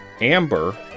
Amber